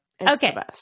Okay